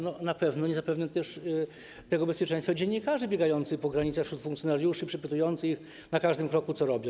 Na pewno nie zapewnią też tego bezpieczeństwa dziennikarze biegający po granicy przed funkcjonariuszami, przepytujący ich na każdym kroku, co robią.